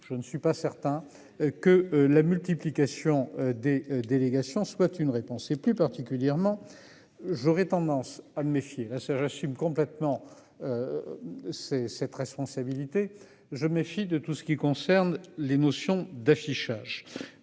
je ne suis pas certain que la multiplication des délégations souhaitent une réponse et plus particulièrement, j'aurais tendance à me méfier la soeur j'assume complètement. C'est cette responsabilité je méfie de tout ce qui concerne les notions d'affichage.